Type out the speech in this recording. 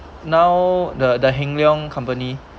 now the the Hin Leong company